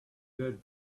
good